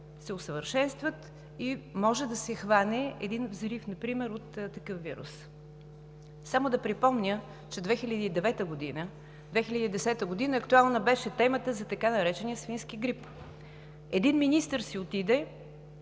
се усъвършенстват и може да се хване един взрив например от такъв вирус. Само да припомня, че в 2009 г., 2010 г. актуална беше темата за така наречения свински грип. Един министър си отиде,